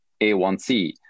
A1C